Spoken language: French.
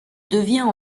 devient